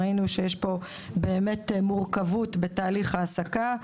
ראינו שיש פה מורכבות בתהליך ההעסקה,